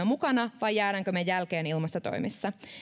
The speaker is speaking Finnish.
mukana vai jäädäänkö jälkeen ilmastotoimissa